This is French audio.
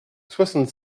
soixante